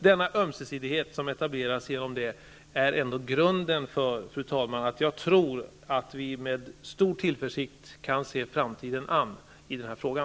Jag tror, fru talman, att denna ömsesidighet ändå utgör grunden för att vi med stor tillförsikt kan se framtiden an när det gäller den här frågan.